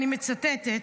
ואני מצטטת,